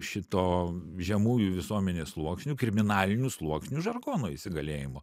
šito žemųjų visuomenės sluoksnių kriminalinių sluoksnių žargono įsigalėjimo